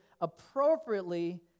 appropriately